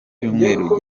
cyumweru